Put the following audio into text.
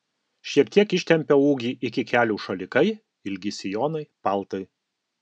šiek tiek ištempia ūgį iki kelių šalikai ilgi sijonai paltai